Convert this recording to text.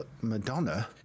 Madonna